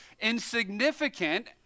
insignificant